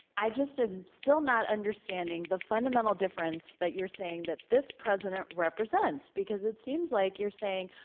i just am still not understanding the fundamental difference that you're saying that this president represents because it seems like you're saying,